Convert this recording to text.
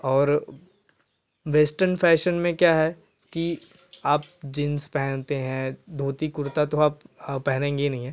और western fashion में क्या है कि आप जीन्स पहनते हैं धोती कुर्ता तो आप पहनेंगे ही नहीं है